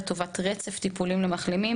לטובת רצף טיפולי למחלימים,